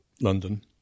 london